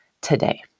today